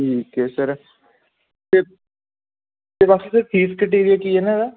ਠੀਕ ਹੈ ਸਰ ਅਤੇ ਅਤੇ ਬਾਕੀ ਸਰ ਫੀਸ ਕ੍ਰਟੀਰੀਆ ਕੀ ਇਹਨਾਂ ਦਾ